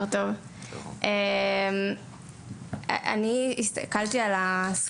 אני לא מצליחה להבין למה גיל שמונה.